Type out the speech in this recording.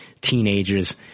teenagers